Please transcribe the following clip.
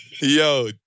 Yo